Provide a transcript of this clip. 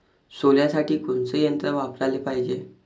सोल्यासाठी कोनचं यंत्र वापराले पायजे?